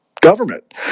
government